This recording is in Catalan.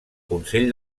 consell